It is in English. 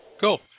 Cool